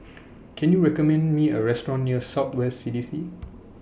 Can YOU recommend Me A Restaurant near South West C D C